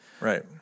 Right